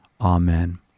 Amen